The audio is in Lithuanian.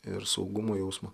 ir saugumo jausmą